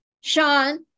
Sean